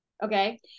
Okay